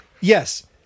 yes